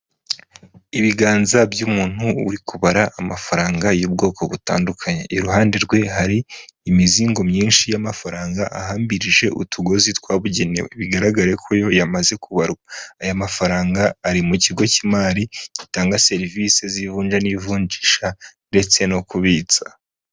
Ibiganza by'umuntu uri kubara amafaranga y'ubwoko butandukanye, iruhande rwe hari imizigo myinshi y'amafaranga ahambirije utugozi twabugenewe, bigaragare ko yo yamaze kubarwa. Aya mafaranga ari mu kigo cy'imari gitanga serivise z'ivunja n'ivunjisha ndetse no kubitsa.